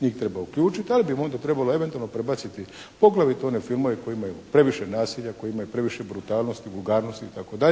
Njih treba uključiti ali bi ih onda trebalo eventualno prebaciti, poglavito one filmove koji imaju previše nasilja, koji imaju previše brutalnosti, vulgarnosti, itd.,